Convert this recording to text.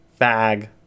fag